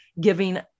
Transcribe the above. giving